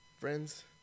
Friends